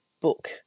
book